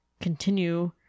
continue